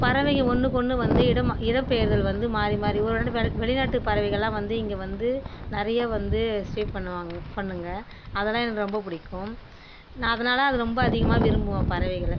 பறவைங்க ஒன்றுக்கொன்னு வந்து இடமாக இட பெயர்தல் வந்து மாறி மாறி ஒரு வே வெளிநாட்டு பறவைங்களாம் வந்து இங்கே வந்து நெறைய வந்து ஸ்டே பண்ணுவாங்க பண்ணுங்க அதலாம் எனக்கு ரொம்ப பிடிக்கும் நான் அதனால அதை ரொம்ப அதிகமாக விரும்புவேன் பறவைகளை